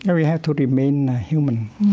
and we have to remain human